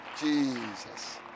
jesus